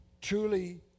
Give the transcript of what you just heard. truly